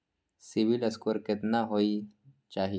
CIBIL score केतना होय चाही?